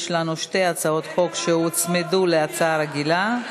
יש לנו שתי הצעות חוק שהוצמדו להצעה הרגילה.